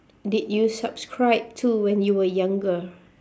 did you subscribe to when you were younger